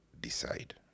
decide